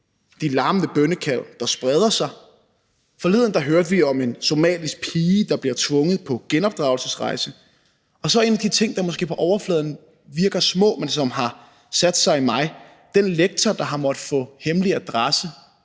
de larmende bønnekald, der spreder sig. Forleden hørte vi om en somalisk pige, der bliver tvunget på genopdragelsesrejse, og så en af de ting, der måske på overfladen virker små, men som har sat sig i mig, er den lektor, som har måttet få hemmelig adresse,